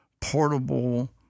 portable